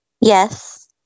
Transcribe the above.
Yes